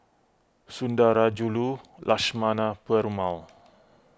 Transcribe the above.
Sundarajulu Lakshmana Perumal